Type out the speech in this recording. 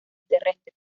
terrestres